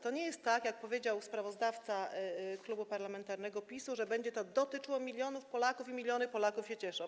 To nie jest tak, jak powiedział sprawozdawca Klubu Parlamentarnego Prawo i Sprawiedliwość, że będzie to dotyczyło milionów Polaków i miliony Polaków się cieszą.